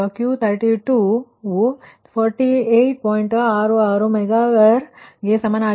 66 mega var ಗೆ ಸಮಾನವಾಗಿರುತ್ತದೆ